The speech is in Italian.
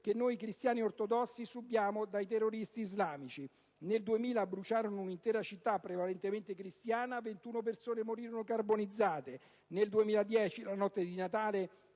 che noi cristiani ortodossi subiamo dai terroristi islamici: nel 2000 bruciarono una intera città prevalentemente cristiana, 21 persone morirono carbonizzate; nel 2010, la notte di Natale,